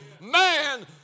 man